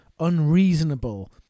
unreasonable